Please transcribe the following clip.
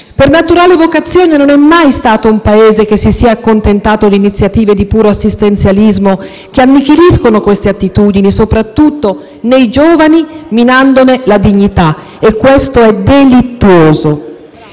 culturale e scientifica, non è mai stata un Paese che si sia accontentato di iniziative di puro assistenzialismo, che annichiliscono queste attitudini, soprattutto nei giovani, minandone la dignità. Questo è delittuoso.